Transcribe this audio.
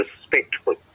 respectful